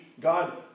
God